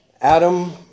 Adam